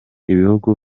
ibihugu